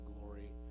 glory